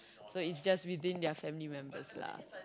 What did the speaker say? so it's just within their family members lah